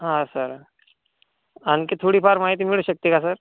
हां सर आणखी थोडीफार माहिती मिळू शकते का सर